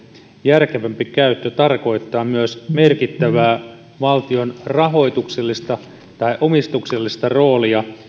järkevämpi käyttö tarkoittaa myös merkittävää valtion rahoituksellista tai omistuksellista roolia